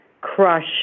crush